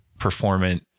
performant